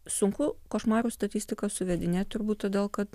sunku košmarų statistiką suvedinėt turbūt todėl kad